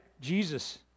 Jesus